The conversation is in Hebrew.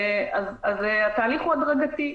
התהליך הדרגתי.